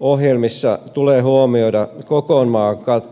ohjelmissa tulee huomioida